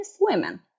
women